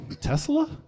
Tesla